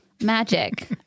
magic